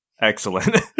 Excellent